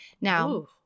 Now